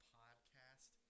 podcast